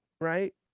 right